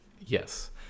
Yes